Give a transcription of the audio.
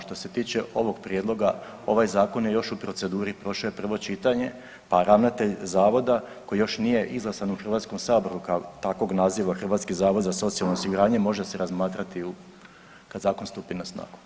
Što se tiče ovog prijedloga, ovaj zakon je još u proceduri, prošao je prvo čitanje pa ravnatelj zavoda koji još nije izglasan u Hrvatskom saboru kao takvog naziva, „Hrvatski zavod za socijalno osiguranje“, može se razmatrati u, kad zakon stupi na snagu.